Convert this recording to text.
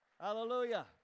Hallelujah